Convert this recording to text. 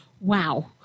wow